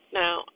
now